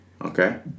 Okay